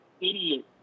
idiot